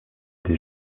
des